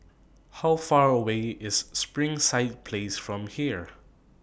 How Far away IS Springside Place from here